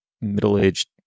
middle-aged